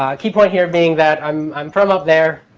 key point here being that i'm i'm from up there.